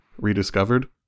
rediscovered